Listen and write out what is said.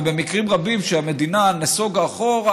ובמקרים רבים שבהם המדינה נסוגה אחורה,